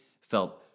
felt